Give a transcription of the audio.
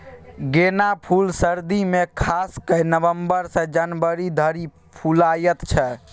गेना फुल सर्दी मे खास कए नबंबर सँ जनवरी धरि फुलाएत छै